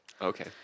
okay